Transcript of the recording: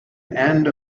end